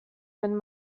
wenn